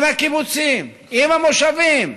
עם הקיבוצים, עם המושבים,